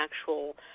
actual